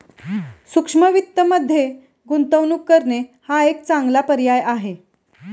सूक्ष्म वित्तमध्ये गुंतवणूक करणे हा एक चांगला पर्याय आहे